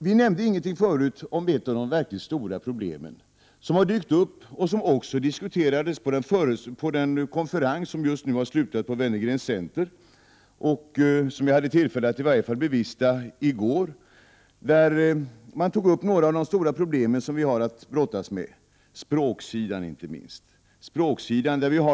Vi nämnde inte någonting förut om ett av de verkligt stora problem som har dykt upp och som diskuterades på den konferens på Wennergren Center som just har slutat och som jag hade tillfälle att bevista i varje fall i går. Där tog man som sagt upp några av de problem som vi har att brottas med inte minst på språksidan.